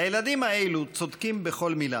הילדים האלה צודקים בכל מילה.